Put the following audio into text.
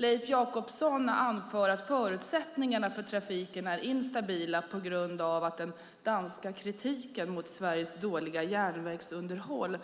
Leif Jakobsson anför att förutsättningarna för trafiken är instabila på grund av den danska kritiken mot Sveriges dåliga järnvägsunderhåll,